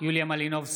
יוליה מלינובסקי,